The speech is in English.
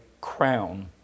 crown